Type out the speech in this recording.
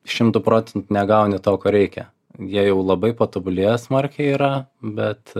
šimtu procentų negauni to ko reikia jie jau labai patobulėję smarkiai yra bet